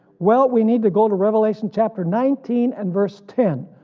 well we need to go to revelation chapter nineteen and verse ten,